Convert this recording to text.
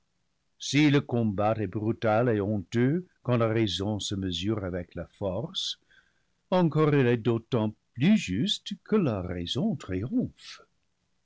si le combat est brutal et honteux quand la raison se mesure avec la force encore il est d'autant plus juste que la raison